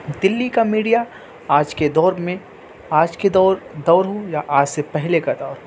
دلی کا میڈیا آج کے دور میں آج کے دور دور ہو یا آج سے پہلے کا دور ہو